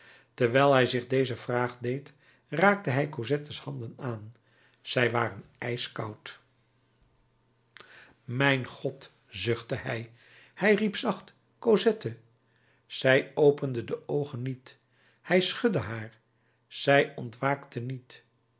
terwijl hij zich deze vragen deed raakte hij cosettes handen aan zij waren ijskoud mijn god zuchtte hij hij riep zacht cosette zij opende de oogen niet hij schudde haar zij ontwaakte niet